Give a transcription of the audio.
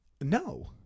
No